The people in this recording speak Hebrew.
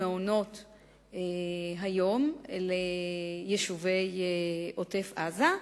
למעונות-היום ליישובי עוטף-עזה,